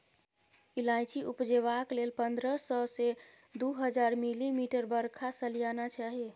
इलाइचीं उपजेबाक लेल पंद्रह सय सँ दु हजार मिलीमीटर बरखा सलियाना चाही